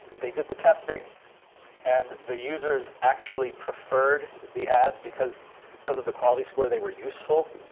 they did the testing and the users actually preferred the ads because because of the quality score. they were useful.